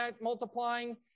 multiplying